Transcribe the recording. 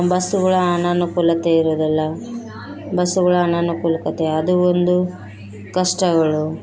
ಬಸ್ಸುಗಳ ಅನಾನುಕೂಲತೆ ಇರೋದಿಲ್ಲ ಬಸ್ಸುಗಳ ಅನಾನುಕೂಲಕತೆ ಅದು ಒಂದು ಕಷ್ಟಗಳು